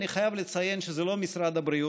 אני חייב לציין שזה לא משרד הבריאות,